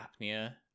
apnea